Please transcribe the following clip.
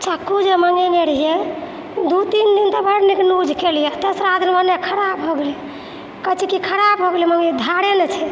चक्कूजे मङ्गेने रहियै दू तीन दिन तऽ बड्ड नीक यूज केलियै तेसरा दिन खराब भऽ गेलै कहै छी कि खराब भऽ गेलै मने धारे नहि छै